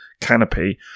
canopy